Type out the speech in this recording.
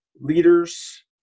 leaders